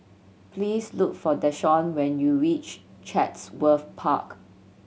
please look for Deshaun when you reach Chatsworth Park